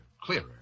clearer